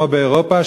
כמו באירופה,